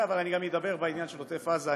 אבל אני גם אדבר בעניין של עוטף עזה.